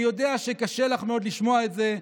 אני יודע שקשה לך מאוד לשמוע את זה,